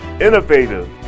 innovative